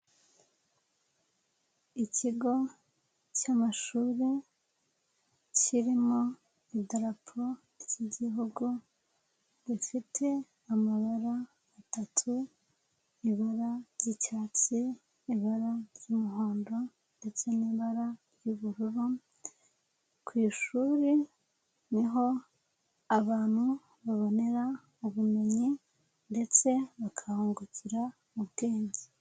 Ikigo cy'amashuri kirimo idaraporo ry'igihugu, rifite amabara atatu; ibara ry'icyatsi ,ibara ry'umuhondo, ndetse n'ibara ry'ubururu. Ku ishuri niho abantu babonera ubumenyi, ndetse bakanahungukira ubwenge.